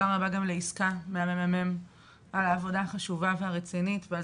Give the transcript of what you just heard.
ותודה ליסכה ממרכז המחקר והמידע על העבודה החשובה והרצינית ועל